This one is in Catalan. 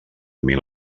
mil